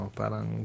parang